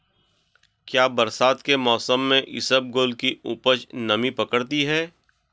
क्या बरसात के मौसम में इसबगोल की उपज नमी पकड़ती है?